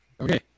Okay